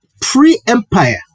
pre-empire